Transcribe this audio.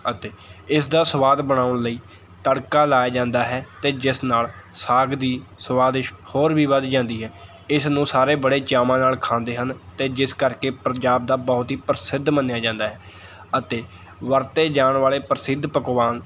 ਅਤੇ ਇਸ ਦਾ ਸੁਆਦ ਬਣਾਉਣ ਲਈ ਤੜਕਾ ਲਾਇਆ ਜਾਂਦਾ ਹੈ ਅਤੇ ਜਿਸ ਨਾਲ਼ ਸਾਗ ਦੀ ਸੁਆਦਿਸ਼ਟ ਹੋਰ ਵੀ ਵੱਧ ਜਾਂਦੀ ਹੈ ਇਸ ਨੂੰ ਸਾਰੇ ਬੜੇ ਚਾਵਾਂ ਨਾਲ਼ ਖਾਂਦੇ ਹਨ ਅਤੇ ਜਿਸ ਕਰਕੇ ਪੰਜਾਬ ਦਾ ਬਹੁਤ ਹੀ ਪ੍ਰਸਿੱਧ ਮੰਨਿਆ ਜਾਂਦਾ ਹੈ ਅਤੇ ਵਰਤੇੇ ਜਾਣ ਵਾਲ਼ੇ ਪ੍ਰਸਿੱਧ ਪਕਵਾਨ